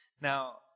Now